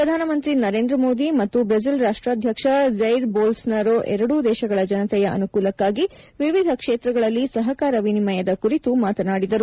ಪ್ರಧಾನಮಂತ್ರಿ ಮೋದಿ ಮತ್ತು ಬ್ರೆಜಿಲ್ ರಾಷ್ಟಾಧ್ಯಕ್ಷ ಜೈರ್ ಬೋಲ್ಸೊನಾರೊ ಎರಡೂ ದೇಶಗಳ ಜನತೆಯ ಅನುಕೂಲಕ್ಕಾಗಿ ವಿವಿಧ ಕ್ಷೇತ್ರಗಳಲ್ಲಿ ಸಹಕಾರ ವಿನಿಮಯದ ಕುರಿತು ಮಾತನಾಡಿದರು